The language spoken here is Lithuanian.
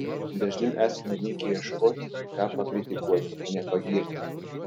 dažniau esame linkę ieškoti ką pakritikuoti o ne pagirti